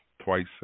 twice